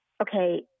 okay